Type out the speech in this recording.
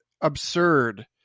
absurd